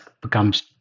becomes